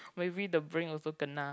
maybe the brain also kena